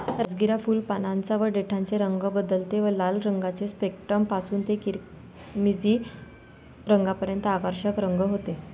राजगिरा फुल, पानांचे व देठाचे रंग बदलते व लाल रंगाचे स्पेक्ट्रम पासून ते किरमिजी रंगापर्यंत आकर्षक रंग होते